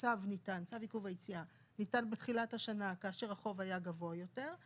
שצו עיכוב היציאה ניתן בתחילת השנה כאשר החוב היה גבוה יותר,